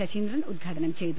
ശശീ ന്ദ്രൻ ഉദ്ഘാടനം ചെയ്തു